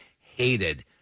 hated